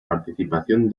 participación